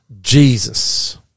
Jesus